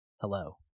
hello